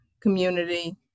community